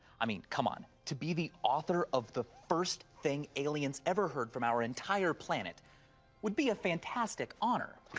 i mean, come on, to be the author of the first thing aliens ever heard from our entire planet would be a fantastic honor.